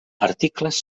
articles